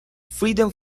freedom